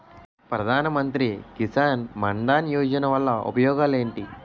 ప్రధాన మంత్రి కిసాన్ మన్ ధన్ యోజన వల్ల ఉపయోగాలు ఏంటి?